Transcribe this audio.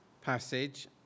passage